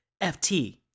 FT